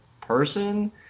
person